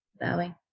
bowing